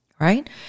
Right